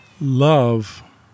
Love